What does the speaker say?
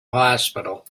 hospital